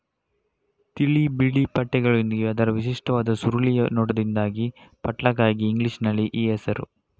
ತಿಳಿ ಬಿಳಿ ಪಟ್ಟೆಗಳೊಂದಿಗೆ ಅದರ ವಿಶಿಷ್ಟವಾದ ಸುರುಳಿಯ ನೋಟದಿಂದಾಗಿ ಪಟ್ಲಕಾಯಿಗೆ ಇಂಗ್ಲಿಷಿನಲ್ಲಿ ಈ ಹೆಸರು